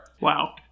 wow